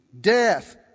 death